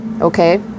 Okay